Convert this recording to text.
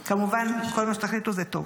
כמובן, כל מה שתחליטו זה טוב.